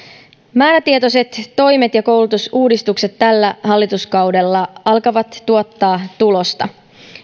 määrätietoiset toimet ja koulutusuudistukset tällä hallituskaudella alkavat tuottaa tulosta